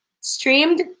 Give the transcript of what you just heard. Streamed